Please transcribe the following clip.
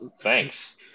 thanks